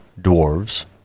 dwarves